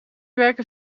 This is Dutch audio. werken